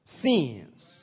sins